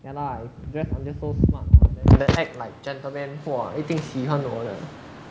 ya lah just that's so smart then then act like gentleman !whoa! 她一定喜欢我的